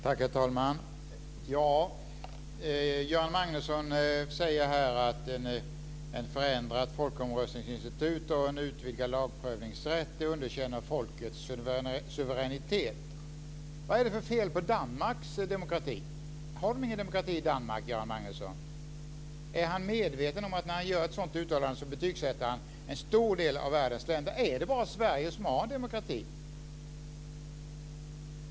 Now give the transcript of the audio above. Herr talman! Göran Magnusson säger att ett förändrat folkomröstningsinstitut och en utvidgad lagprövningsrätt underkänner folkets suveränitet. Vad är det för fel på Danmarks demokrati? Har de ingen demokrati i Danmark, Göran Magnusson? Är han medveten om att när han gör ett sådant uttalande betygssätter han en stor del av världens länder? Är det bara Sverige som har demokrati?